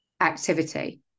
activity